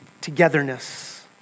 togetherness